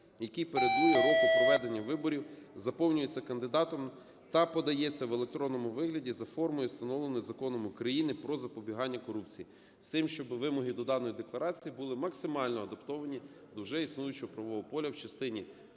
який передує року проведення виборів, заповнюється кандидатом та подається в електронному вигляді за формою, встановленою Законом України "Про запобігання корупції", - з тим, щоби вимоги до даної декларації були максимально адаптовані до вже існуючого правового поля в частині